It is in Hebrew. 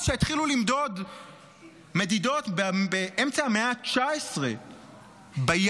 שהתחילו למדוד באמצע המאה ה-19 באוקיאנוס.